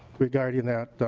regarding that.